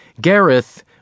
Gareth